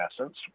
essence